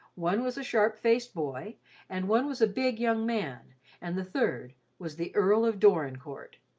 one was a sharp-faced boy and one was a big young man and the third was the earl of dorincourt.